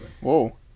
Whoa